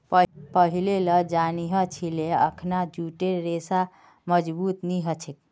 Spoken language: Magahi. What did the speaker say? पहिलेल जानिह छिले अखना जूटेर रेशा मजबूत नी ह छेक